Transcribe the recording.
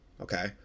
okay